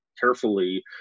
carefully